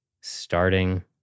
starting